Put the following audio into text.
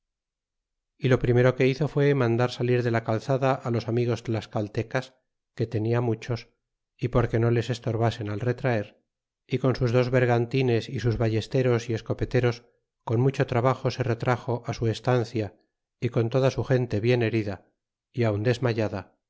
y lo primero que hizo fué mandar salir de la calzada los amigos tlascaltecas que tenia muchos y porque no les estorbasen al retraer y con sus dos bergantines y sus vallesteros y escopeteros con mucho trabajo se retraxo su estancia y con toda su gente bien herida y aun desmayada